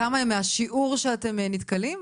כמה הם מהשיעור שאתם נתקלים?